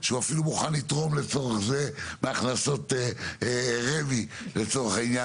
שהוא אפילו מוכן לתרום מהכנסות רמ"י לעניין.